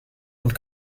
und